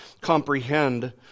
comprehend